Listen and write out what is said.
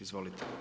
Izvolite.